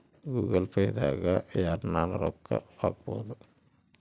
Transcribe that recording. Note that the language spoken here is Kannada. ಗೂಗಲ್ ಪೇ ದಾಗ ಯರ್ಗನ ರೊಕ್ಕ ಹಕ್ಬೊದು